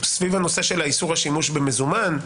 סביב הנושא של איסור השימוש במזומן,